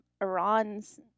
Iran's